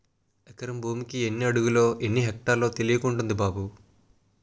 ఎకరం భూమికి ఎన్ని అడుగులో, ఎన్ని ఎక్టార్లో తెలియకుంటంది బాబూ